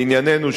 לענייננו,